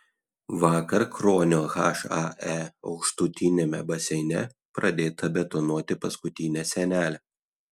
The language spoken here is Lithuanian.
vakar kruonio hae aukštutiniame baseine pradėta betonuoti paskutinė sienelė